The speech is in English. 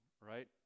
right